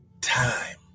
time